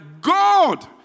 God